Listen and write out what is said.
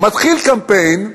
מתחיל קמפיין כנגד,